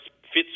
fits